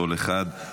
כל אחד.